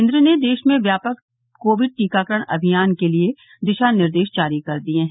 केन्द्र ने देश में व्यापक कोविड टीकाकरण अभियान के लिए दिशानिर्देश जारी कर दिये हैं